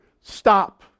stop